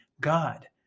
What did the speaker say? God